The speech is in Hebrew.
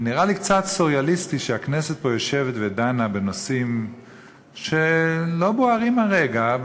ונראה לי קצת סוריאליסטי שהכנסת פה יושבת ודנה בנושאים שלא בוערים כרגע,